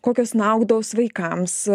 kokios naudos vaikams